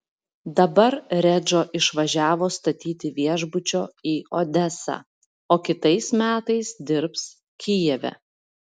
dabar redžo išvažiavo statyti viešbučio į odesą o kitais metais dirbs kijeve